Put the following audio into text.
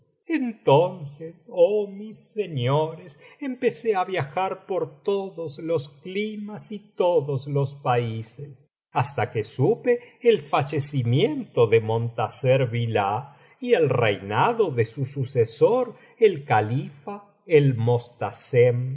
entonces oh mis señores empecé á viajar por todos los climas y todos los países hasta que supe el fallecimiento de montasser billah y el reinado de su sucesor el califa